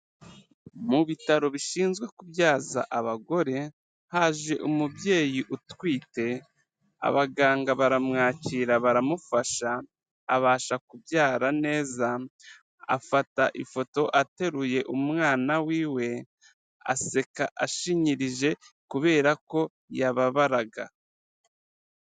Mu bitaro bishinzwe kubyaza abagore haje umubyeyi utwite, abaganga baramwakira baramufasha abasha kubyara neza, afata ifoto ateruye umwana wiwe aseka ashinyirije kubera ko yababaraga.